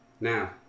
now